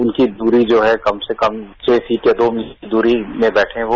उनकी दूरी जो हैं कम से कम छह फिट या दो मीटर की दूरी में बैठे हो